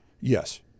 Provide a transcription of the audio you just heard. Yes